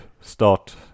start